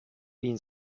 been